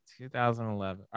2011